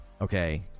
okay